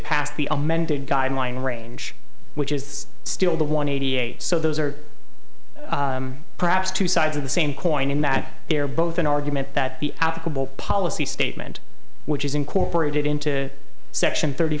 past the amended guideline range which is still the one hundred eight so those are perhaps two sides of the same coin in that they are both an argument that the applicable policy statement which is incorporated into section thirty